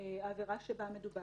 העבירה שבה מדובר.